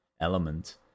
element